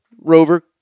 rover